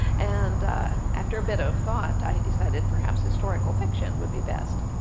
and after a bit of thought i decided perhaps historical fiction would be best.